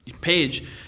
page